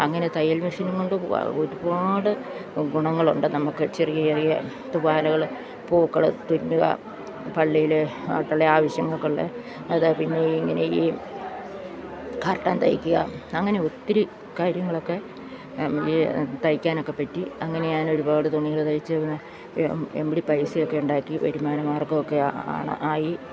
അങ്ങനെ തയ്യൽ മെഷീനുംകൊണ്ട് ഒരുപാട് ഗുണങ്ങളുണ്ട് നമുക്ക് ചെറിയ ചെറിയ തൂവാലകൾ പൂക്കൾ തുന്നുക പള്ളിയിൽ അകത്തുള്ള ആവശ്യങ്ങൾക്കുള്ള അതാ പിന്നെ ഇങ്ങനെ ഈ കർട്ടൻ തയ്ക്ക്ക അങ്ങനെ ഒത്തിരി കാര്യങ്ങളൊക്കെ തയ്ക്കാനൊക്കെപ്പറ്റി അങ്ങനെ ഞാനൊരുപാട് തുണികൾ തയ്ച്ചു പിന്നെ ഇമ്മിടി പൈസയൊക്കെ ഉണ്ടാക്കി വരുമാനമാർഗ്ഗമൊക്കെ ആയി